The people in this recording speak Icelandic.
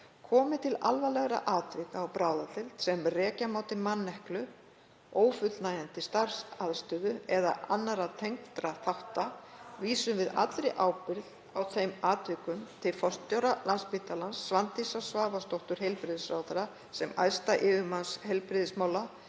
„Komi til alvarlegra atvika á bráðadeild sem rekja má til manneklu, ófullnægjandi starfsaðstöðu eða annarra tengdra þátta, vísum við allri ábyrgð á þeim atvikum til forstjóra Landspítala, Svandísar Svavarsdóttur heilbrigðisráðherra sem æðsta yfirmanns heilbrigðismála,